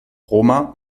roma